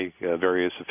various